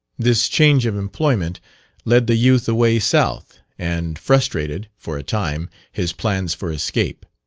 this change of employment led the youth away south and frustrated, for a time, his plans for escape.